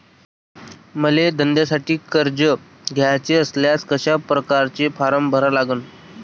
मले धंद्यासाठी कर्ज घ्याचे असल्यास कशा परकारे फारम भरा लागन?